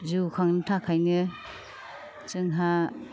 जिउ खांनो थाखायनो जोंहा